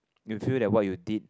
you feel that what you did